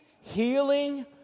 healing